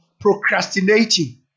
procrastinating